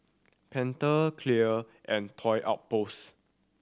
Pentel Clear and Toy Outpost